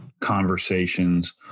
conversations